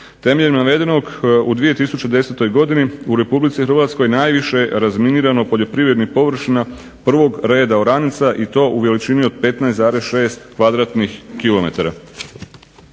Temeljem navedenog, u 2010. godini u Republici Hrvatskoj najviše je razminirano poljoprivrednih površina prvog reda oranica i to u veličini od 15,6 km2. Najveća